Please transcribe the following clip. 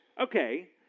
Okay